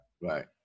right